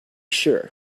sure